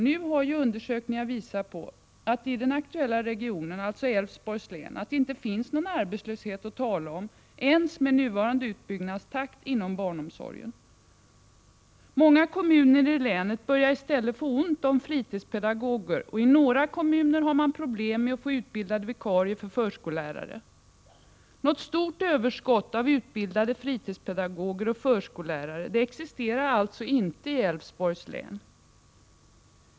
Nu har ju undersökningar visat att det i den aktuella regionen — Älvsborgs län — inte finns någon arbetslöshet att tala om ens med nuvarande utbyggnadstakt inom barnomsorgen. Många kommuner i länet börjar i stället få ont om fritidspedagoger, och i några kommuner har man problem med att få utbildade vikarier för förskollärare. Något stort överskott av utbildade fritidspedagoger och förskollärare existerar alltså inte i Älvsborgs län.